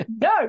no